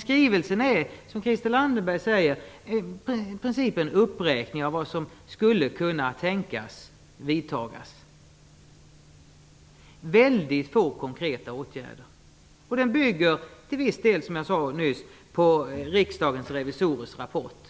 Skrivelsen är, som Christel Anderberg säger, i princip en uppräkning av vad som skulle kunna tänkas vidtagas. Den innehåller väldigt få konkreta åtgärder. Den bygger till viss del på Riksdagens revisorers rapport.